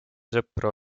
sõpru